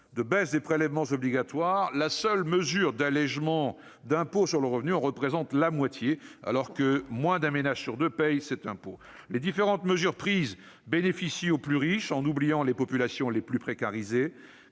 de baisse des prélèvements obligatoires, la seule mesure d'allégements d'impôt sur le revenu en représente la moitié, alors que moins d'un ménage sur deux paie cet impôt. Les différentes mesures prises bénéficient aux plus riches, en oubliant les populations les plus précarisées,